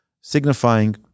signifying